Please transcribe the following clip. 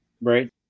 Right